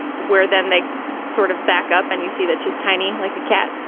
where then they sort of back up and you see that she's tiny like a cat,